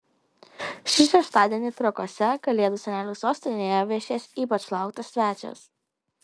šį šeštadienį trakuose kalėdų senelių sostinėje viešės ypač lauktas svečias